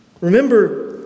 Remember